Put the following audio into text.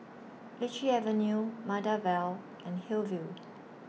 Lichi Avenue Maida Vale and Hillview